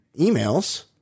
emails